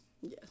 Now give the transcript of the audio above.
Yes